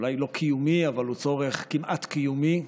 אולי לא קיומי אבל הוא צורך כמעט קיומי,